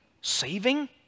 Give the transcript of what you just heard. saving